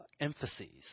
emphases